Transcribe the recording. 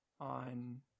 on